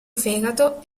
fegato